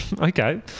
Okay